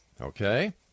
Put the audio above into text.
Okay